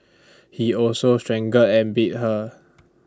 he also strangled and beat her